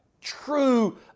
true